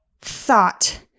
thought